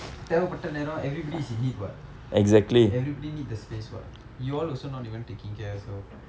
தேவைப்படும் நேரம்:thevaippadum naeram everybody is in need [what] everybody need the space [what] you all also not even taking care so